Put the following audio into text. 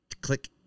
click